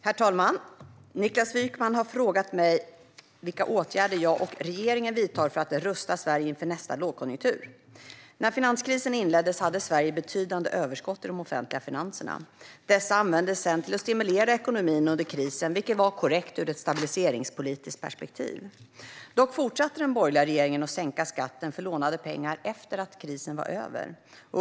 Herr talman! Niklas Wykman har frågat mig vilka åtgärder jag och regeringen vidtar för att rusta Sverige inför nästa lågkonjunktur. När finanskrisen inleddes hade Sverige betydande överskott i de offentliga finanserna. Dessa användes sedan till att stimulera ekonomin under krisen, vilket var korrekt ur ett stabiliseringspolitiskt perspektiv. Dock fortsatte den borgerliga regeringen att sänka skatten för lånade pengar efter att krisen var över.